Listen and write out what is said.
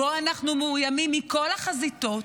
שבו אנחנו מאוימים מכל החזיתות,